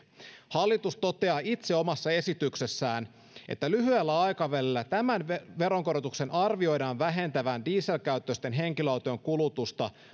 hallitus toteaa itse omassa esityksessään että lyhyellä aikavälillä tämän veronkorotuksen arvioidaan vähentävän dieselkäyttöisten henkilöautojen kulutusta